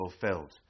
fulfilled